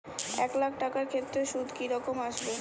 এক লাখ টাকার ক্ষেত্রে সুদ কি রকম আসবে?